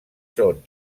són